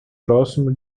próximo